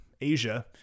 Asia